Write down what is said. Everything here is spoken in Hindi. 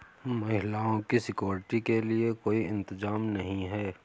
महिलाओं की सिक्योरिटी के लिए कोई इंतजाम नहीं है